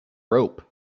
rope